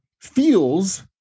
feels